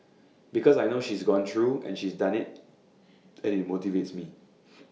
because I know she's gone through and she's done IT and IT motivates me